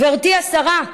גברתי השרה,